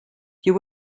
you